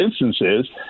instances